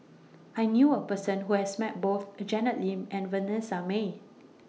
I knew A Person Who has Met Both The Janet Lim and Vanessa Mae